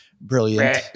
brilliant